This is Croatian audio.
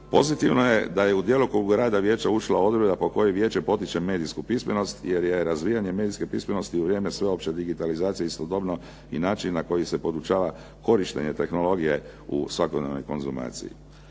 Pozitivno da je u djelokrug rada vijeća ušla odredba po kojoj vijeće potiče medijsku pismenost, jer je razvijanje medijske pismenosti u vrijeme sveopće digitalizacije istodobno i način na koji se podučava korištenje tehnologije u svakodnevnoj konzumaciji.